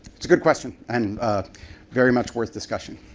it's a good question and very much worth discussion.